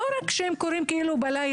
זה לא שהדברים קורים רק בלילה,